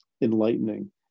enlightening